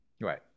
Right